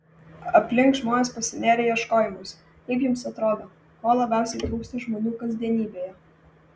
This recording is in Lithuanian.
aplink žmonės pasinėrę ieškojimuose kaip jums atrodo ko labiausiai trūksta žmonių kasdienybėje